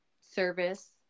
service